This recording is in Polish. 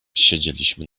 siedzieliśmy